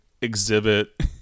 exhibit